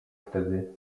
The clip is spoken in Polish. wtedy